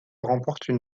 remportent